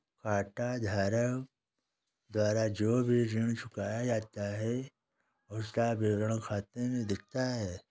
खाताधारक द्वारा जो भी ऋण चुकाया जाता है उसका विवरण खाते में दिखता है